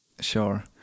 Sure